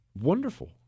wonderful